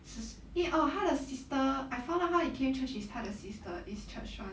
eh orh 他的 sister I found out how he came church is 他的 sister this church [one]